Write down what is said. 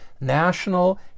national